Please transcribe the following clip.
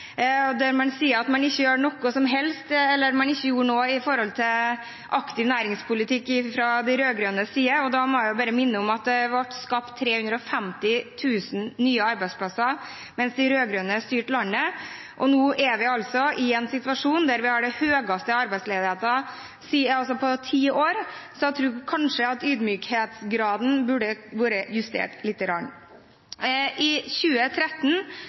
der han sa at man ikke gjør noe som helst – eller at man ikke gjorde noe – fra de rød-grønnes side når det gjelder aktiv næringspolitikk. Da må jeg bare minne om at det ble skapt 350 000 nye arbeidsplasser mens de rød-grønne styrte landet. Nå er vi altså i en situasjon der vi har den høyeste arbeidsledigheten på ti år, så jeg tror kanskje at ydmykhetsgraden burde vært justert lite grann. I 2013